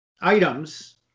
items